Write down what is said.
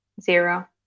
Zero